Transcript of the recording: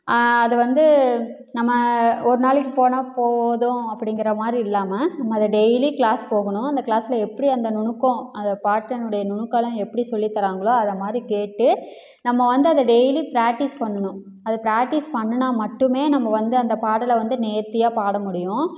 அதுவந்து நம்ம ஒரு நாளைக்கு போனால் போதும் அப்படிங்கிற மாதிரி இல்லாமல் நம்ம அது டெய்லி கிளாஸ் போகணும் அந்த கிளாஸ்சில் எப்படி அந்த நுணுக்கம் அந்த பாட்டினுடைய நுணுக்கமெலாம் எப்படி சொல்லித் தர்றாங்களோ அது மாதிரி கேட்டு நம்ம வந்து அதை டெய்லி பிராக்டிஸ் பண்ணணும் அதை பிராக்டிஸ் பண்ணுனால் மட்டுமே நம்ம வந்து அந்த பாடலை வந்து நேர்த்தியாக பாடமுடியும்